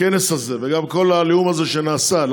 הכנס הזה וגם כל העליהום הזה שנעשה,